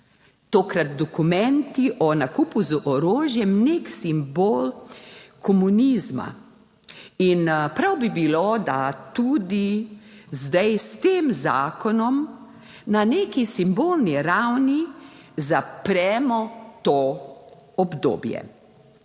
tokrat dokumenti o nakupu z orožjem, nek simbol komunizma. In prav bi bilo, da tudi zdaj s tem zakonom na neki simbolni ravni zapremo to obdobje.